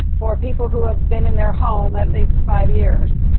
for people who have been in their home at least five years.